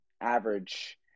average